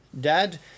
dad